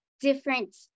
different